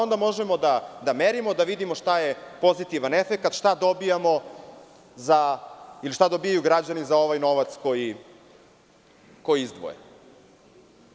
Onda možemo da merimo, da vidimo šta je pozitivan efekat, šta dobijamo, ili šta dobijaju građani za ovaj novac koji izdvoje.